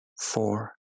four